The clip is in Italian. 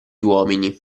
uomini